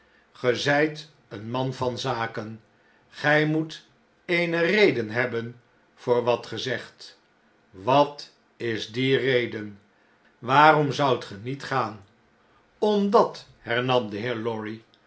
zjjt een man van zaken gij moet eene reden hebben voor wat ge zegt wat is die reden waarom zoudt ge niet gaan omdat hernam de heer lorry